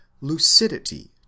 lucidity